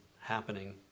happening